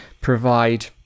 provide